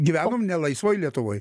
gyvenam nelaisvoj lietuvoj